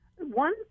one